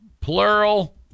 Plural